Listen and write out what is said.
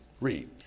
Read